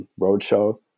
roadshow